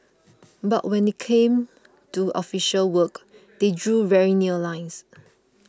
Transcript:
but when it came to official work they drew very near lines